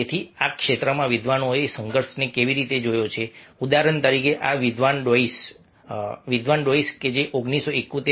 તેથી આ ક્ષેત્રમાં વિદ્વાનોએ સંઘર્ષને કેવી રીતે જોયો છે ઉદાહરણ તરીકે એક વિદ્વાન ડોઇશ 1971